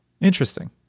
Interesting